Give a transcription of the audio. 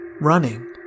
running